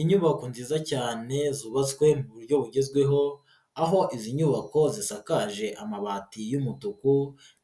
Inyubako nziza cyane zubatswe mu buryo bugezweho, aho izi nyubako zisakaje amabati y'umutuku